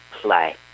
play